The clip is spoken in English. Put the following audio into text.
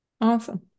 Awesome